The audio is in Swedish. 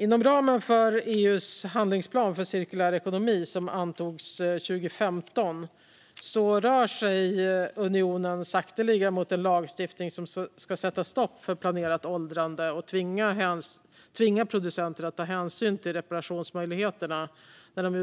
Inom ramen för EU:s handlingsplan för cirkulär ekonomi, som antogs 2015, rör sig unionen så sakteliga mot en lagstiftning som ska sätta stopp för planerat åldrande och tvinga producenter att ta hänsyn till reparationsmöjligheterna när de